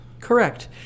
Correct